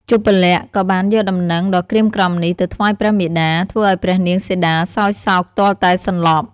ជប្បលក្សណ៍ក៏បានយកដំណឹងដ៏ក្រៀមក្រំនេះ ទៅថ្វាយព្រះមាតា ធ្វើឱ្យព្រះនាងសីតាសោយសោកទាល់តែសន្លប់។